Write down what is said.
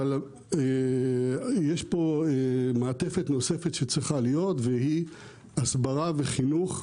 אבל יש פה מעטפת נוספת שצריכה להיות והיא - הסברה וחינוך,